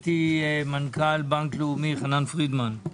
דיבר איתי מנכ"ל בנק לאומי, חנן פרידמן.